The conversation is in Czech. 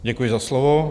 Děkuji za slovo.